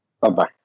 Bye-bye